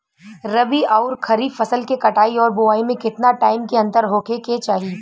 रबी आउर खरीफ फसल के कटाई और बोआई मे केतना टाइम के अंतर होखे के चाही?